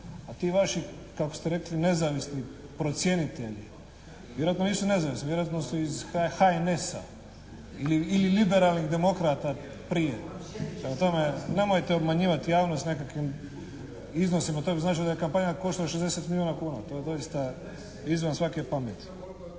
a ti vaši kako ste rekli nezavisni procjenitelji vjerojatno nisu nezavisni. Vjerojatno su iz HNS-a ili Liberalnih demokrata prije. Prema tome, nemojte obmanjivati javnost nekakvim iznosima. To bi značilo da je kampanja koštala 60 milijuna kuna. To je doista izvan svake pameti.